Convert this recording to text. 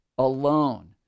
Alone